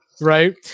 Right